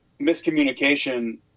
miscommunication